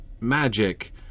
magic